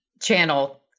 channel